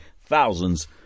thousands